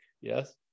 Yes